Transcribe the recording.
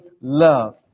love